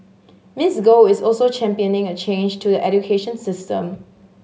Miss Go is also championing a change to education system